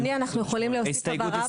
אדוני, אנחנו יכולים להוסיף הבהרה בנושא?